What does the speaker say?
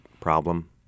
problem